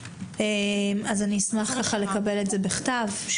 אשמח לקבל את זה בכתב.